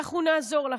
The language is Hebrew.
אנחנו נעזור לכם.